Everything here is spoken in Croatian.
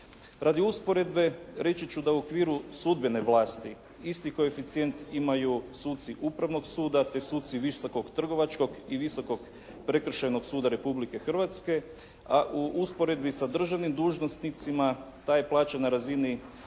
Radi usporedbe, reći ću da u okviru sudbene vlasti isti koeficijent imaju suci upravnog suda te suci Visokog trgovačkog i Visokog prekršajnog suda Republike Hrvatske, a u usporedbi sa državnim dužnosnicima ta je plaća na razini